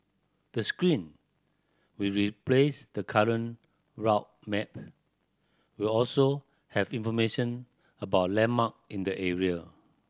the screen replace the current route map will also have information about landmark in the area